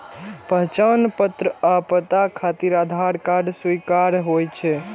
पहचान पत्र आ पता खातिर आधार कार्ड स्वीकार्य होइ छै